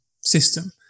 system